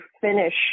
finish